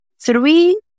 three